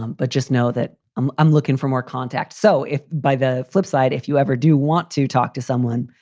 um but just know that i'm i'm looking for more contact. so if by the flipside, if you ever do want to talk to someone,